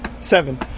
Seven